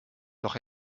doch